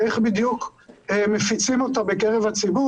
-- איך בדיוק מפיצים אותה בקרב הציבור